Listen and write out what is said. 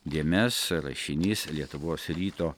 dėmes rašinys lietuvos ryto